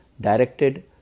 directed